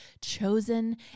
chosen